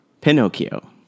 Pinocchio